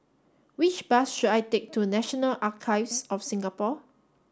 which bus should I take to National Archives of Singapore